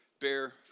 bear